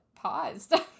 Paused